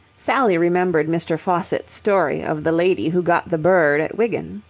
sally remembered mr. faucitt's story of the lady who got the bird at wigan.